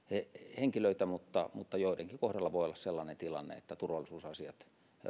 henkilöitä mutta mutta joidenkin kohdalla voi olla sellainen tilanne että turvallisuusasiat